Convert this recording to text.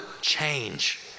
change